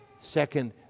second